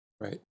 Right